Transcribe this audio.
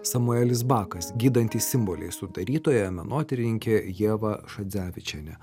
samuelis bakas gydantys simboliai sudarytoja menotyrininkė ieva šadzevičienė